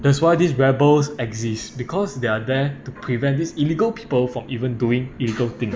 that's why these rebels exist because they are there to prevent these illegal people from even doing illegal thing